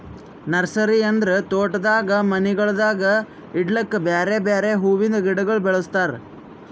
nursery ಅಂದುರ್ ತೋಟದಾಗ್ ಮನಿಗೊಳ್ದಾಗ್ ಇಡ್ಲುಕ್ ಬೇರೆ ಬೇರೆ ಹುವಿಂದ್ ಗಿಡಗೊಳ್ ಬೆಳುಸ್ತಾರ್